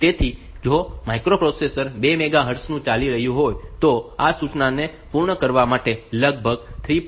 તેથી જો microprocessor 2 megahertz પર ચાલી રહ્યું હોય તો આ સૂચનાને પૂર્ણ કરવા માટે લગભગ 3